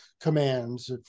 commands